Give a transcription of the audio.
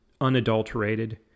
unadulterated